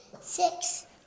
Six